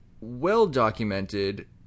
well-documented